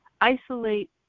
isolate